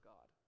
God